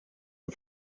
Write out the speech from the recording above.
als